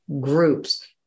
groups